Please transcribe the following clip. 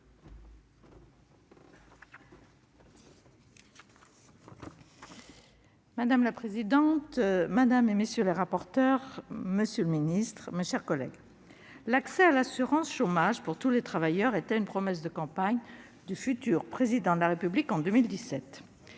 Madame la présidente, monsieur le ministre, mes chers collègues, l'accès à l'assurance chômage « pour tous les travailleurs » était une promesse de campagne du futur Président de la République en 2017,